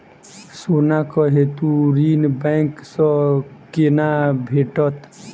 सोनाक हेतु ऋण बैंक सँ केना भेटत?